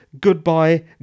Goodbye